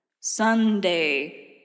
Sunday